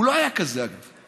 הוא לא היה כזה, אגב.